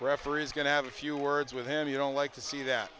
referee is going to have a few words with him you don't like to see that